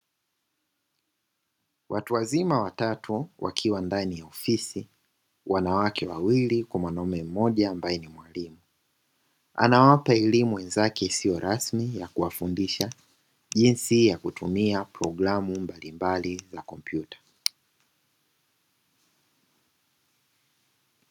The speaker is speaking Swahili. Watu wazima watatu wakiwa ndani ya ofisi, wanawake wawili kwa wanaume mmoja ambaye ni mwalimu. Anawapa elimu wenzake isiyo rasmi ya kuwafundisha jinsi ya kutumia programu mbalimbali za kompyuta.